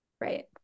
Right